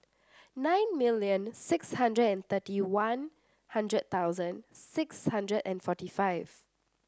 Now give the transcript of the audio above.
nine million six hundred and thirty One Hundred thousand six hundred and forty five